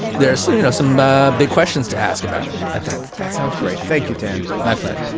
there are some, you know, some but big questions to ask about it. i thought, that sounds great. thank you, dan. my pleasure